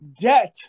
debt